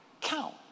count